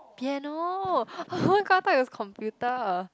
piano oh my god i thought it was computer